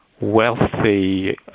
wealthy